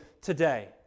today